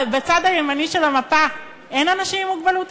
בצד הימני של המפה אין אנשים עם מוגבלות,